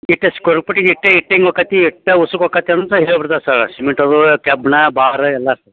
ಇಷ್ಟು ಸ್ಕ್ವೇರ್ ಫುಟ್ಗೆ ಇಷ್ಟು ಇಟ್ಟಿಗೆ ಹೋಕತಿ ಎಷ್ಟು ಉಸುಕು ಹೋಕತಿ ಅಂತ ಹೇಳ್ಬಿಡ್ತಾರೆ ಸರ್ರ ಸಿಮಿಂಟ್ ಕಬ್ಬಿಣ ಬಾರ್ ಎಲ್ಲ